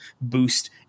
boost